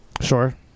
Sure